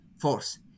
force